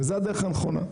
וזו הדרך הנכונה.